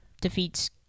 defeats